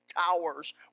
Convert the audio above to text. towers